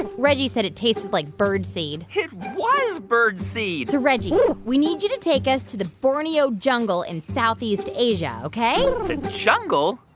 and reggie said it tasted like bird seed it was bird seed so, reggie, we need you to take us to the borneo jungle in southeast asia, ok? a jungle?